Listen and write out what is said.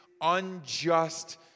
unjust